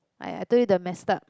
I I told you the messed up